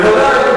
בוודאי.